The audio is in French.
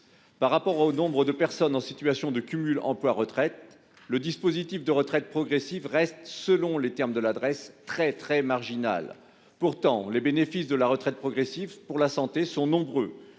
Par rapport au nombre de personnes en situation de cumul emploi-retraite, le dispositif de retraite progressive reste, selon les termes de la Drees, très marginal. Pourtant, les bénéfices de la retraite progressive pour la santé sont nombreux,